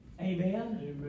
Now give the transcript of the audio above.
Amen